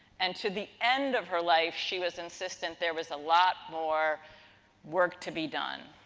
and, to the end of her life, she was insistent there was a lot more work to be done.